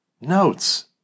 notes